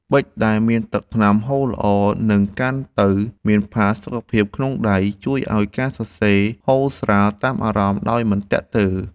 ប៊ិចដែលមានទឹកថ្នាំហូរល្អ និងកាន់ទៅមានផាសុកភាពក្នុងដៃ ជួយឱ្យការសរសេរធូរស្រាលតាមអារម្មណ៍ដោយមិនទាក់ទើ។